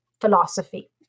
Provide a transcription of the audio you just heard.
philosophy